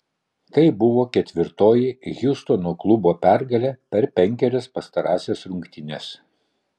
tai buvo ketvirtoji hjustono klubo pergalė per penkerias pastarąsias rungtynes